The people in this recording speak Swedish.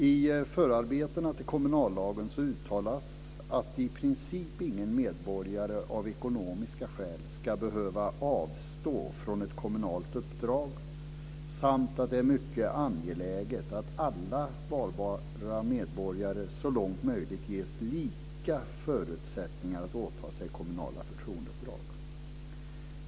I förarbetena till kommunallagen uttalas att i princip ingen medborgare av ekonomiska skäl ska behöva avstå från ett kommunalt uppdrag samt att det är mycket angeläget att alla valbara medborgare så långt möjligt ges lika förutsättningar att åta sig kommunala förtroendeuppdrag.